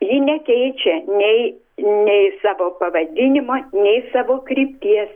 ji nekeičia nei nei savo pavadinimo nei savo krypties